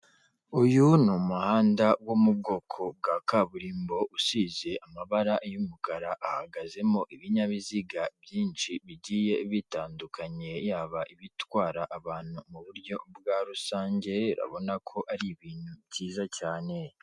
Uyu ni umuhanda wo mu bwoko bwa kaburimbo, usize amabara y'umukara, hahagazemo ibinyabiziga byinshi bigiye bitandukanye, yaba ibitwara abantu mu buryo bwa rusange, urabona ko ari ibintu byiza cyane.